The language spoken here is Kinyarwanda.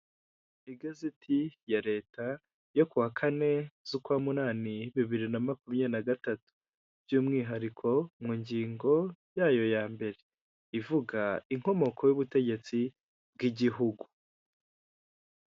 Igazeti ya leta yo ku wa kane z'ukwa munani bibiri na makumyabiri na gatatu by'umwihariko mu ngingo yayo ya mbere ivuga inkomoko y'ubutegetsi bw'igihugu.